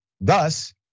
thus